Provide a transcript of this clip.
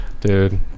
Dude